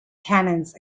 tannins